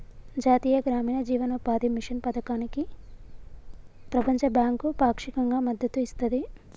జాతీయ గ్రామీణ జీవనోపాధి మిషన్ పథకానికి ప్రపంచ బ్యాంకు పాక్షికంగా మద్దతు ఇస్తది